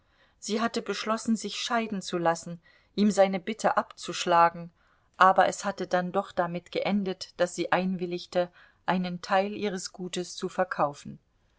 sie hatte beschlossen sich scheiden zu lassen ihm seine bitte abzuschlagen aber es hatte dann doch damit geendet daß sie einwilligte einen teil ihres gutes zu verkaufen